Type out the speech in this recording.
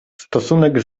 stosunek